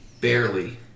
Barely